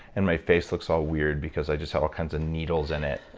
and my face looks all weird because i just have all kinds of needles in it